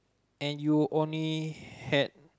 and you only had